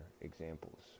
examples